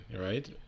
right